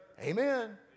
Amen